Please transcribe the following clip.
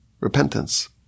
repentance